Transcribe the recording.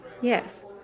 Yes